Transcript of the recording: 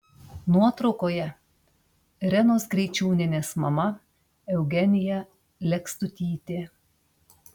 nuotraukoje irenos greičiūnienės mama eugenija lekstutytė